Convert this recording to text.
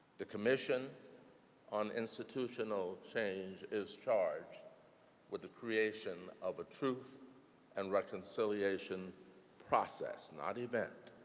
the commission on institutional change is charged with the creation of a truth and reconciliation process. not event.